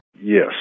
Yes